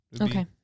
Okay